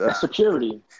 security